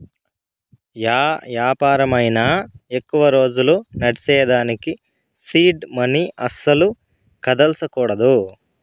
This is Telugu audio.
యా యాపారమైనా ఎక్కువ రోజులు నడ్సేదానికి సీడ్ మనీ అస్సల కదల్సకూడదు